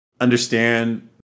understand